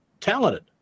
talented